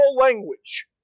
language